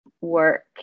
work